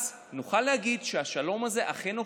נוכל להגיד אז שהשלום הזה אכן הוכיח,